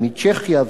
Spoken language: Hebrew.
צ'כיה,